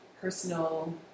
personal